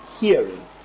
hearing